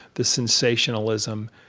the sensationalism.